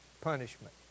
punishment